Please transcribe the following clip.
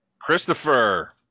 christopher